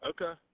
Okay